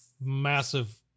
Massive